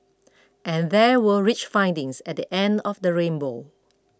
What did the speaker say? and there were rich findings at the end of the rainbow